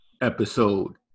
episode